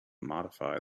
modify